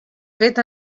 fet